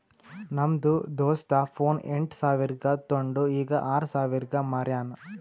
ನಮ್ದು ದೋಸ್ತ ಫೋನ್ ಎಂಟ್ ಸಾವಿರ್ಗ ತೊಂಡು ಈಗ್ ಆರ್ ಸಾವಿರ್ಗ ಮಾರ್ಯಾನ್